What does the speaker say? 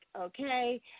okay